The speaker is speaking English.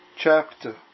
chapter